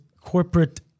corporate